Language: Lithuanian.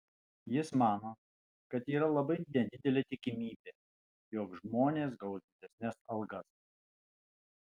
jis mano kad yra labai nedidelė tikimybė jog žmonės gaus didesnes algas